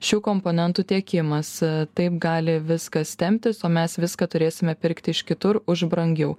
šių komponentų tiekimas taip gali viskas temptis o mes viską turėsime pirkti iš kitur už brangiau